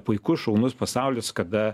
puikus šaunus pasaulis kada